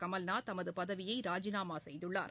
Kamal Nath தமதுபதவியைராஜினாமாசெய்துள்ளார்